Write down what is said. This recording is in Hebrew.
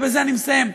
ובזה אני מסיים,